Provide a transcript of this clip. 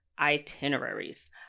itineraries